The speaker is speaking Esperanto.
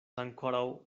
ankoraŭ